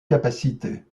capacité